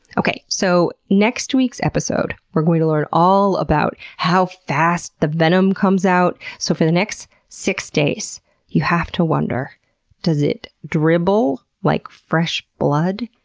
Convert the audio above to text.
okay, so next week's episode we're going to learn all about how fast the venom comes out. so, for the next six days you'll have to wonder does it dribble like fresh blood?